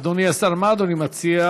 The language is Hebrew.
אדוני השר, מה אדוני מציע?